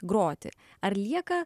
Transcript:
groti ar lieka